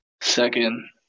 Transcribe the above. second